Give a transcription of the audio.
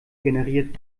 generiert